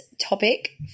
topic